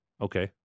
Okay